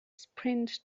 sprint